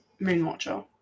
Moonwatcher